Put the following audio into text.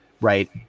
right